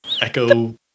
Echo